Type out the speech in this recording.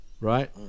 right